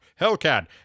Hellcat